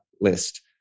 list